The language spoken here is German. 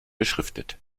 beschriftet